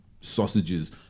sausages